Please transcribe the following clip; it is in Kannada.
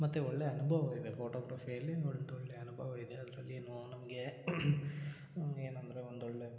ಮತ್ತು ಒಳ್ಳೆಯ ಅನುಭವ ಇದೆ ಫೋಟೋಗ್ರಫಿಯಲ್ಲಿ ಒಂದೊಳ್ಳೆಯ ಅನುಭವ ಇದೆ ಅದ್ರಲ್ಲೇನು ನಮಗೆ ಏನೆಂದ್ರೆ ಒಂದೊಳ್ಳೆಯ